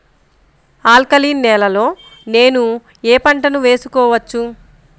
Alkaline నేలలో నేనూ ఏ పంటను వేసుకోవచ్చు?